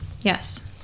yes